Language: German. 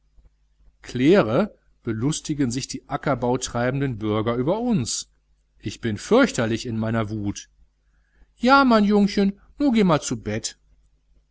claire belustigen sich die ackerbautreibenden bürger über uns ich bin fürchterlich in meiner wut ja mein jungchen nu geh man zu bett